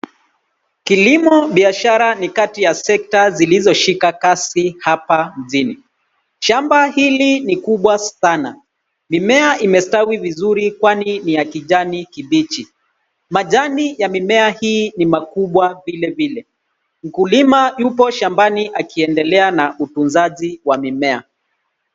Kilimo biashara ni kati ya sekta zilizoshika kasi hapa mjini. Shamba hili ni kubwa sana. Mimea imestawi vizuri kwani ni ya kijani kibichi. Majani ya mimea hii ni makubwa vilevile. Mkulima yupo shambani akiendelea na utunzaji wa mimea.